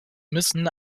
müssen